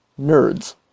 NERDS